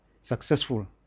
successful